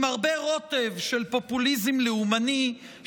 עם הרבה רוטב של פופוליזם לאומני,